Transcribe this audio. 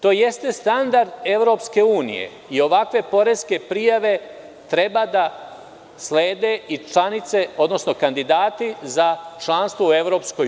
To jeste standard EU i ovakve poreske prijave treba da slede i kandidati za članstvo u EU.